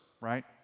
right